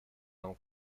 нам